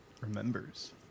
remembers